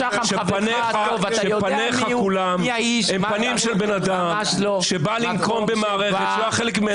שפניך כולם הם פנים של בן אדם שבא לנקום במערכת שהוא היה חלק ממנה.